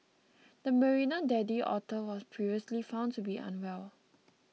the Marina daddy otter was previously found to be unwell